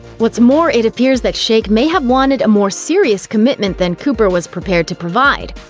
what's more, it appears that shayk may have wanted a more serious commitment than cooper was prepared to provide.